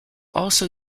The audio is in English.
also